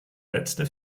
letzte